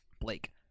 Blake